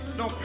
no